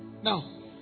Now